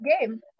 game